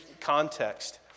context